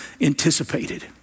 anticipated